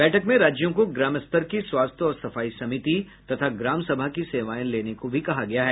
बैठक में राज्यों को ग्राम स्तर की स्वास्थ्य और सफाई समिति तथा ग्राम सभा की सेवाएं लेने को भी कहा गया है